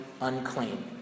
unclean